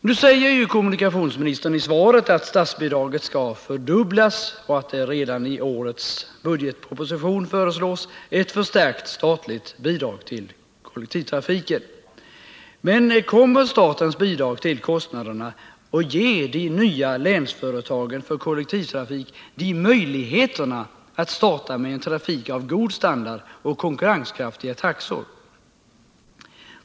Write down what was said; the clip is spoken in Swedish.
Nu säger kommunikationsministern i svaret att statsbidraget skall fördubblas och att det redan i årets budgetproposition föreslås ett förstärkt statligt bidrag till kollektivtrafiken. Men kommer statens bidrag till kostnaderna att göra det möjligt för de nya länsföretagen för kollektivtrafik att starta med en trafik av god standard och konkurrenskraftiga taxor?